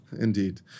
Indeed